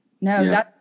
No